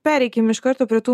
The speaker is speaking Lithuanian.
pereikim iš karto prie tų